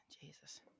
Jesus